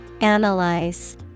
Analyze